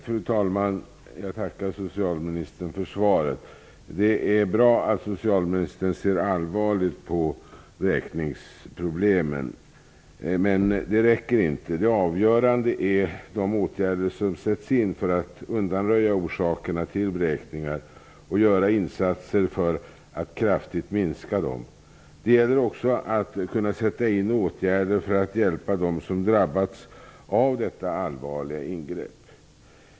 Fru talman! Jag tackar socialministern för svaret. Det är bra att socialministern ser allvarligt på vräkningsproblemen. Men det räcker inte. Det avgörande är de åtgärder som sätts in för att undanröja orsakerna till vräkningar och göra insatser för att kraftigt minska dem. Det gäller också att kunna sätta in åtgärder för att hjälpa dem som drabbats av detta allvarliga ingrepp.